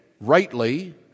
rightly